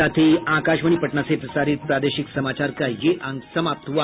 इसके साथ ही आकाशवाणी पटना से प्रसारित प्रादेशिक समाचार का ये अंक समाप्त हुआ